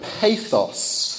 pathos